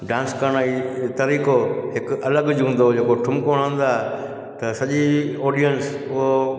dance करण जी तरीक़ो हिक अलॻि ज हूंदो हुओ हिक ठुमको हणंदा त सॼी ऑडियन्स पोइ